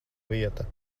vieta